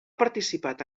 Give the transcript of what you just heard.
participat